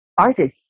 artists